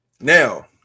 now